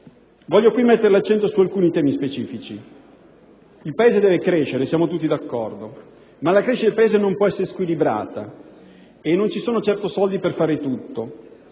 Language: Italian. Voglio qui mettere l'accento su alcuni temi specifici: il Paese deve crescere, siamo tutti d'accordo, ma la crescita del Paese non può essere squilibrata e non ci sono certo soldi per fare tutto.